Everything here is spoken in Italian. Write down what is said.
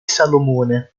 salomone